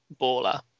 baller